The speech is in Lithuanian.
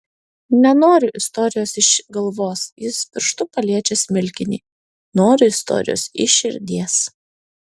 nenoriu istorijos iš galvos jis pirštu paliečia smilkinį noriu istorijos iš širdies